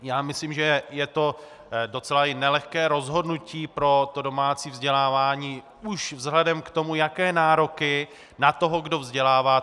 Já myslím, že je to docela nelehké rozhodnutí pro domácí vzdělávání už vzhledem k tomu, jaké nároky na toho, kdo vzdělává, to klade.